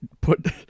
put